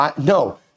No